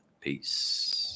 Peace